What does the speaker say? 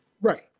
Right